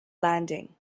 landing